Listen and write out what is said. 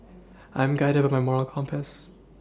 I am guided by my moral compass